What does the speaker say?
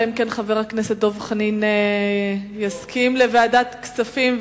אלא אם כן חבר הכנסת דב חנין יסכים לוועדת הכספים,